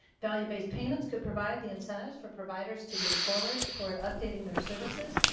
value-based payments could provide the incentives for providers to move forward toward updating their services.